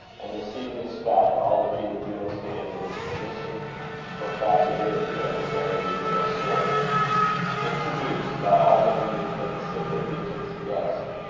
and receiving as fact all that he reveals to him of its condition for fact it is, of a very real sort introduce, by all the means that sympathy can suggest,